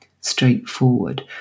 straightforward